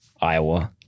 Iowa